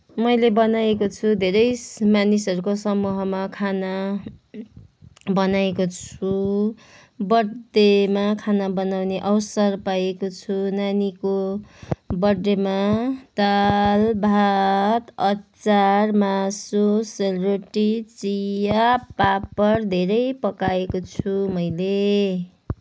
मैले बनाएको छु धेरै स मानिसहरूको समूहमा खाना बनाएको छु बर्थडेमा खाना बनाउने अवसर पाएको छु नानीको बर्थडेमा दाल भात अचार मासु सेलरोटी चिया पापड धेरै पकाएको छु मैले